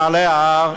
במעלה ההר,